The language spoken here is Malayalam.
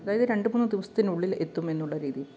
അതായത് രണ്ട് മൂന്ന് ദിവസത്തിനുള്ളിൽ എത്തുമെന്നുള്ള രീതി